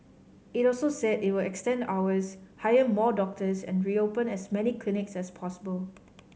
it also said it will extend hours hire more doctors and reopen as many clinics as possible